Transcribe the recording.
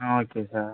ah okay sir